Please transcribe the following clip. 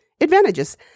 advantages